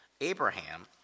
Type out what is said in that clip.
Abraham